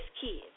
kids